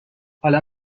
حالا